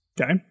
Okay